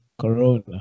Corona